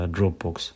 Dropbox